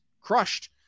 crushed